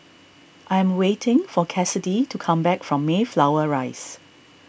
I am waiting for Cassidy to come back from Mayflower Rise